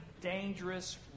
dangerous